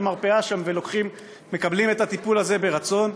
מרפאה שם ומקבלים את הטיפול הזה ברצון.